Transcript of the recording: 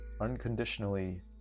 unconditionally